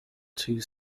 two